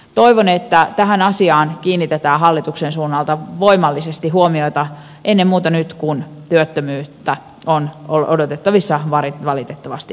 toivon että tähän asiaan kiinnitetään hallituksen suunnalta voimallisesti huomiota ennen muuta nyt kun työttömyyttä on odotettavissa valitettavasti lisää